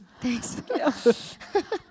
Thanks